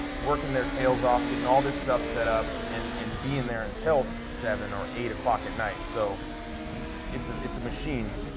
working their tails off getting all this stuff set up and and being there until seven or eight o'clock at night. so it's a machine. machine.